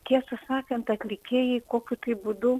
tiesą sakant atlikėjai kokiu būdu